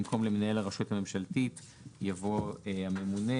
במקום "למנהל הרשות הממשלתית" יבוא "הממונה".